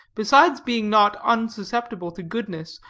besides being not unsusceptible to goodness,